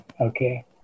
Okay